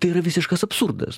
tai yra visiškas absurdas